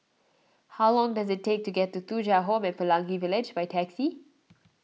how long does it take to get to Thuja Home at Pelangi Village by taxi